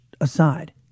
aside